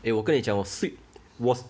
eh 我跟你讲我